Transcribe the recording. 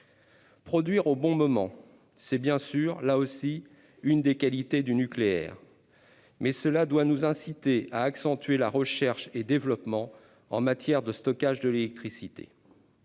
produire au bon moment. C'est à l'évidence une autre des qualités du nucléaire, mais cela doit aussi nous inciter à accentuer la recherche et développement en matière de stockage de l'électricité.